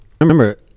remember